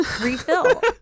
Refill